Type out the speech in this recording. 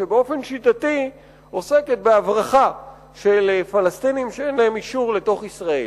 שבאופן שיטתי עוסקת בהברחה של פלסטינים שאין להם אישור לתוך ישראל.